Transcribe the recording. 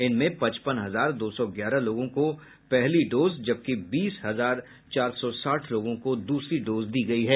इनमें पचपन हजार दो सौ ग्यारह लोगों को पहली डोज जबकि बीस हजार चार सौ साठ लोगों को दूसरी डोज दी गयी है